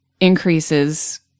increases